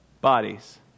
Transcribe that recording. bodies